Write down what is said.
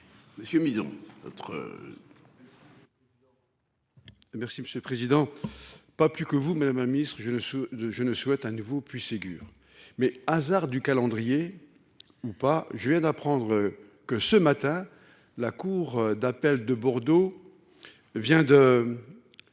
monsieur le président. Pas plus que vous mais la main Ministre je ne se de je ne souhaite à nouveau puis Ségur mais, hasard du calendrier ou pas, je viens d'apprendre que ce matin la cour d'appel de Bordeaux. Vient de.